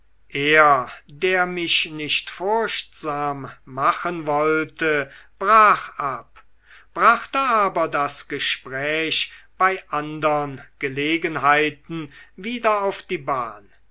er der mich nicht furchtsam machen wollte brach ab brachte aber das gespräch bei andern gelegenheiten wieder auf die bahn